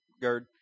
Gerd